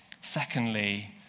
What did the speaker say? Secondly